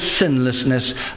sinlessness